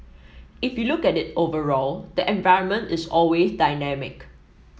if you look at it overall the environment is always dynamic